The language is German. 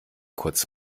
kurz